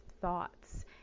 thoughts